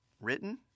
Written